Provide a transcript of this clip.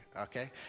Okay